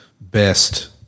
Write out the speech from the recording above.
best